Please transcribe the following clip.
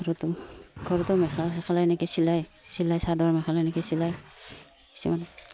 ঘৰতো ঘৰটো মেখালা চেখেলা এনেকৈ চিলাই চিলাই চাদৰ মেখালা এনেকৈ চিলায় কিছুমান